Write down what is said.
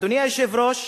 אדוני היושב-ראש,